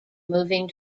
moving